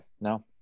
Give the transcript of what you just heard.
no